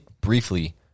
briefly